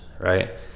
right